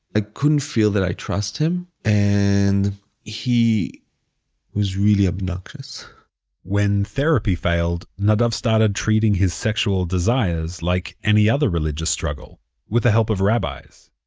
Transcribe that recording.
ah couldn't feel that i trust him and he was really obnoxious when therapy failed, nadav started treating his sexual desires like any other religious struggle with the help of rabbis.